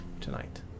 tonight